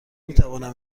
میتوانم